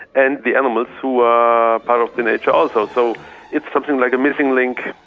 and the animals who are part of the nature also. so it's something like a missing link,